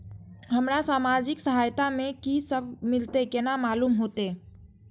हमरा सामाजिक सहायता में की सब मिलते केना मालूम होते?